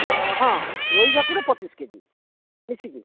ଅ ହଁ ରୋହି ଭାକୁର ପଚିଶ କେଜି ମିଶିକି